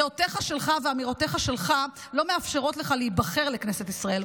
דעותיך שלך ואמירותיך שלך לא מאפשרות לך להיבחר לכנסת ישראל.